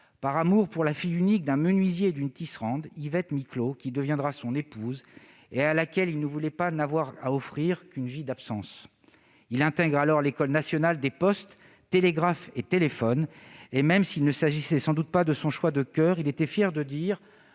par amour pour la fille unique d'un menuisier et d'une tisserande, Yvette Miclot, qui deviendra son épouse et à laquelle il ne voulait pas n'offrir qu'une vie d'absences. Il intègre alors l'École nationale supérieure des postes, télégraphes et téléphones, et, même s'il ne s'agissait sans doute pas de son choix de coeur, il était fier de dire,